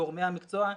גורמי המקצוע,